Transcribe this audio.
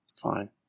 Fine